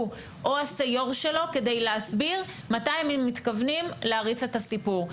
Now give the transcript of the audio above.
הוא או הסיו"ר שלו כדי להסביר מתי הם מתכוונים להריץ את הסיפור?